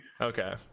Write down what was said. Okay